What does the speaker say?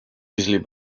easily